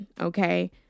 Okay